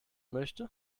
möchte